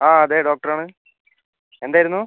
അതെ അതെ ഡോക്ടറാണ് എന്തേരുന്നു